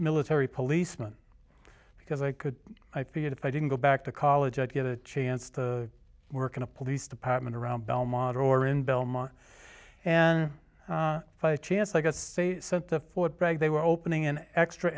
military policeman because i could i figured if i didn't go back to college i'd get a chance to work in a police department around belmont or in belmont and fight chance i got to say sent to fort bragg they were opening an extra